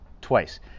twice